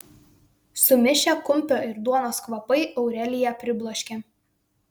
sumišę kumpio ir duonos kvapai aureliją pribloškė